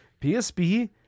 PSP